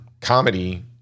comedy